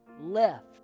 left